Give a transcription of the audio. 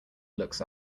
looks